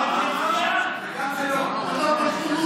מה, אתה עושה טובה?